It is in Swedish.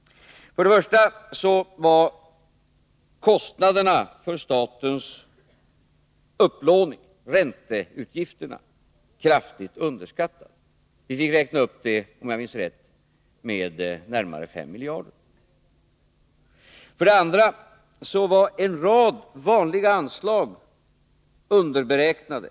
För det första var kostnaderna för statens upplåning, ränteutgifterna, kraftigt underskattade. Vi fick räkna upp dem med, om jag minns rätt, närmare 5 miljarder. För det andra var en rad vanliga anslag underberäknade.